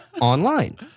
online